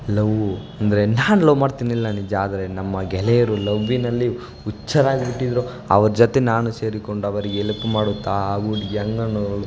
love ಅಂದರೆ ನಾನು love ಮಾಡ್ತಿನಿಲ್ಲಾ ನಿಜ ಆದರೆ ನಮ್ಮ ಗೆಳೆಯರು ಲವ್ವಿನಲ್ಲಿ ಹುಚ್ಚಾರಾಗ್ಬಿಟ್ಟಿದ್ದರು ಅವ್ರ ಜೊತೆ ನಾನೂ ಸೇರಿಕೊಂಡು ಅವರಿಗೆ ಎಲ್ಪ್ ಮಾಡುತ್ತಾ ಆ ಹುಡ್ಗಿ ಹಂಗ್ ಅನ್ನೋಳು